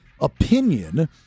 opinion